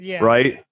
right